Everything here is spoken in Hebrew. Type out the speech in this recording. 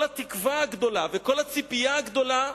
כל התקווה הגדולה וכל הציפייה הגדולה